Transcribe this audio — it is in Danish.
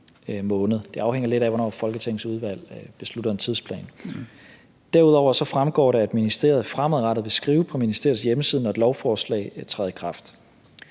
Det afhænger lidt af, hvornår Folketingets udvalg beslutter en tidsplan. Derudover fremgår det, at ministeriet fremadrettet vil skrive på ministeriets hjemmeside, når et lovforslag træder i kraft.